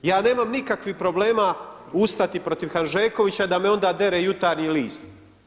Ja nemam nikakvih problema ustati protiv Hanžekovića da me onda dere Jutarnji list.